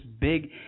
big –